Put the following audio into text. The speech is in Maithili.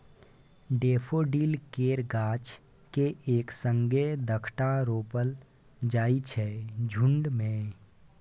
डेफोडिल केर गाछ केँ एक संगे दसटा रोपल जाइ छै झुण्ड मे